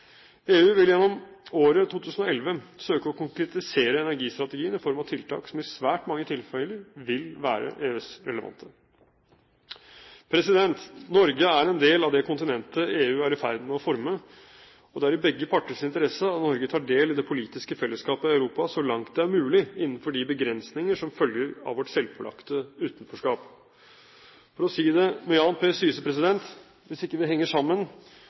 EU. EU vil gjennom året 2011 søke å konkretisere energistrategien i form av tiltak som i svært mange tilfeller vil være EØS-relevante. Norge er en del av det kontinentet EU er i ferd med å forme, og det er i begge parters interesse at Norge tar del i det politiske fellesskapet i Europa så langt det er mulig innenfor de begrensninger som følger av vårt selvpålagte utenforskap. For å si det med Jan P. Syse: Hvis ikke vi henger sammen,